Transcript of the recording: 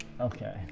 Okay